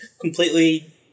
completely